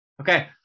Okay